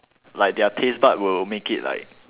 like their taste bud will make it like